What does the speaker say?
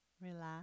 relax